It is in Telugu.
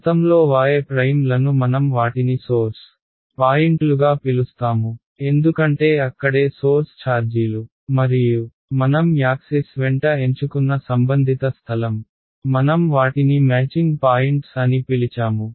గతంలో y ప్రైమ్ లను మనం వాటిని సోర్స్ పాయింట్లుగా పిలుస్తాము ఎందుకంటే అక్కడే సోర్స్ ఛార్జీలు మరియు మనం యాక్సిస్ వెంట ఎంచుకున్న సంబంధిత స్థలం మనం వాటిని మ్యాచింగ్ పాయింట్స్ అని పిలిచాము